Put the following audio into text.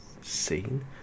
scene